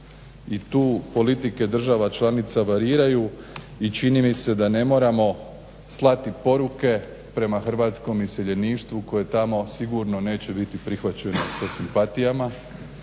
i tu politike država članica variraju i čini mi se da ne moramo slati poruke prema hrvatskom iseljeništvu koje tamo sigurno neće biti prihvaćeno sa simpatijama